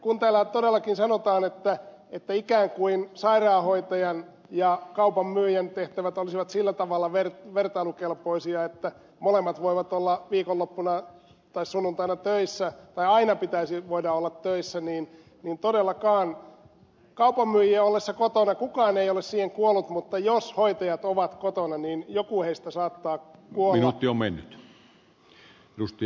kun täällä todellakin sanotaan että ikään kuin sairaanhoitajan ja kaupan myyjän tehtävät olisivat sillä tavalla vertailukelpoisia että molemmat voivat olla viikonloppuna tai sunnuntaina töissä tai aina pitäisi voida olla töissä niin todellakaan kaupan myyjien ollessa kotona kukaan ei ole siihen kuollut mutta jos hoitajat ovat kotona niin joku saattaa kuolla